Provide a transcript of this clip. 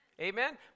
Amen